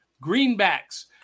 greenbacks